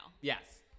yes